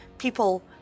People